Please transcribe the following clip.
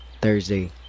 Thursday